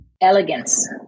Elegance